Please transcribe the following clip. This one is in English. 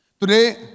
Today